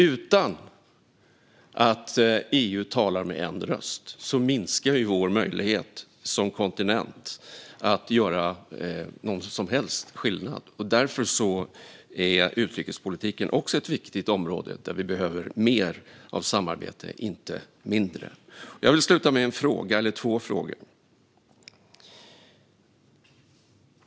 Utan att EU talar med en röst minskar vår möjlighet som kontinent att göra någon som helst skillnad. Därför är utrikespolitiken också ett viktigt område där vi behöver mer av samarbete, inte mindre. Jag vill sluta med två frågor.